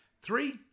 Three